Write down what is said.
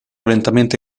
lentamente